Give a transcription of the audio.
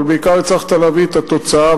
אבל בעיקר הצלחת להביא את התוצאה,